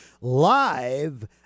Live